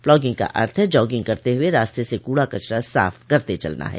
plogging का अर्थ jogging करते हुए रास्ते से कूड़ा कचरा साफ करते चलना है